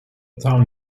town